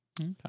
Okay